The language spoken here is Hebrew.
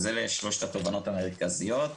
אז אלה שלושת התובנות המרכזיות.